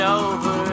over